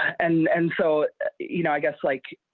and and so you know i guess like.